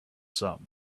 some